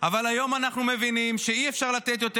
אבל היום אנחנו מבינים שאי-אפשר לתת יותר